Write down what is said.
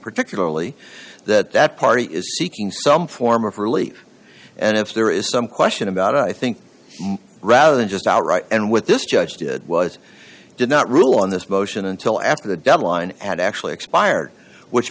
particularly that that party is seeking some form of relief and if there is some question about i think rather than just outright and what this judge did was he did not rule on this motion until after the deadline had actually expired which